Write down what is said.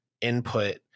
input